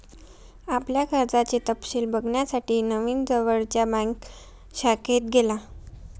आपल्या कर्जाचे तपशिल बघण्यासाठी नवीन जवळच्या बँक शाखेत गेला